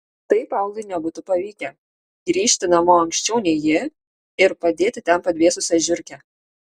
tai paului nebūtų pavykę grįžti namo anksčiau nei ji ir padėti ten padvėsusią žiurkę